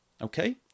okay